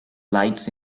lights